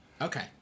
Okay